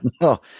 No